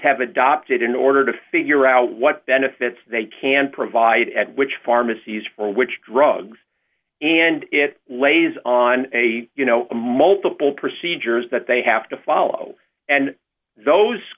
have adopted in order to figure out what benefits they can provide at which pharmacies for which drugs and it lays on a you know multiple procedures that they have to follow and those